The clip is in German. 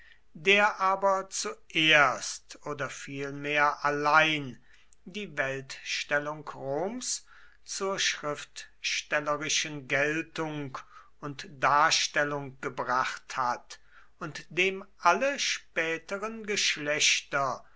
der aber zuerst oder vielmehr allein die weltstellung roms zur schriftstellerischen geltung und darstellung gebracht hat und dem alle späteren geschlechter